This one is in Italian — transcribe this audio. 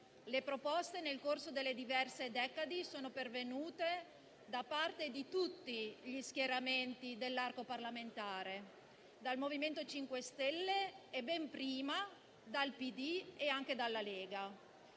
Le proposte, nel corso delle diverse decadi, sono pervenute da parte di tutti gli schieramenti dell'arco parlamentare, dal MoVimento 5 Stelle e, ben prima, dal Partito Democratico e anche dalla Lega.